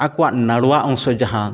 ᱟᱠᱚᱣᱟᱜ ᱱᱟᱲᱣᱟ ᱚᱝᱥᱚ ᱡᱟᱦᱟᱸ